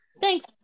Thanks